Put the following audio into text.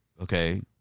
Okay